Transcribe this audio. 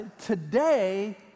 today